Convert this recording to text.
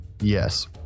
Yes